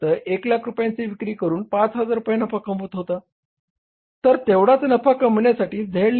फक्त 100000 रुपयांची विक्री करून 5000 रुपये नफा कमवत होता तर तेवढाच नफा कमविण्यासाठी Z